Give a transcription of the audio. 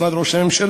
משרד ראש הממשלה,